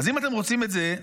אז אם אתם רוצים את זה,